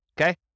Okay